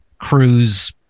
cruise